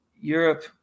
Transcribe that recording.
Europe